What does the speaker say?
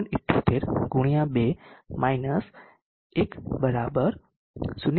78 ગુણ્યા 2 માઈનસ 1 બરાબર 0